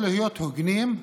הוגנים,